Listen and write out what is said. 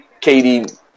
KD